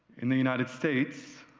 in the united states,